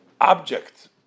object